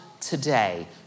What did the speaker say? today